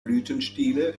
blütenstiele